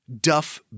Duff